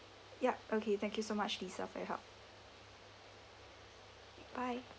yup okay thank you so much lisa for your help bye